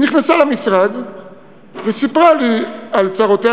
היא נכנסה למשרד וסיפרה לי על צרותיה